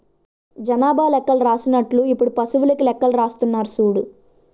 జనాభా లెక్కలు రాసినట్టు ఇప్పుడు పశువులకీ లెక్కలు రాస్తున్నారు సూడు